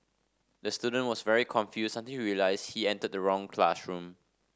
the student was very confused until he realized he entered the wrong classroom